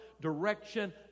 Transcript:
direction